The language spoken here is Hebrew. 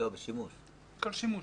כל שימוש.